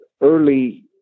Early